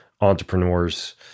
entrepreneurs